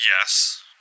Yes